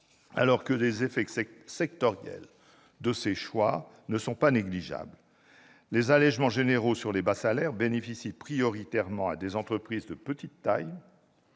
alors que les effets sectoriels de ces choix ne sont pas négligeables : les allégements généraux sur les bas salaires bénéficient prioritairement à des entreprises de petite taille,